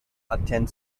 attend